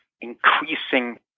increasing